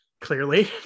clearly